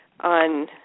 on